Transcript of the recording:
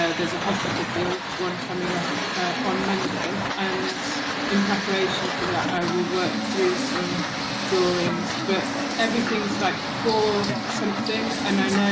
ah there's a hospital field, one coming up on monday, and in preparation for that, i will work through some drawings, but everything's like for something and i